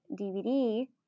DVD